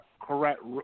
correct